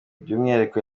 by’umwihariko